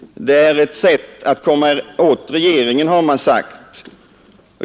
Det är ett sätt att komma åt regeringen, har man sagt.